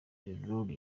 derulo